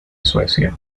suecia